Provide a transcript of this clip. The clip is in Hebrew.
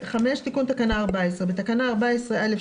אדוני